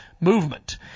movement